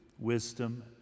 wisdom